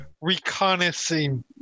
Reconnaissance